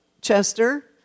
Chester